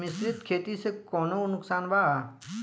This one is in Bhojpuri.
मिश्रित खेती से कौनो नुकसान वा?